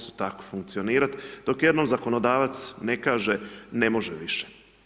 Mogli su tako funkcionirati, dok jednom zakonodavac ne kaže, ne može više.